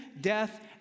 death